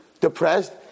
depressed